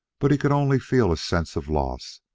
but he could only feel a sense of loss,